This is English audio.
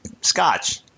scotch